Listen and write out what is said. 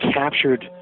captured